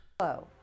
Hello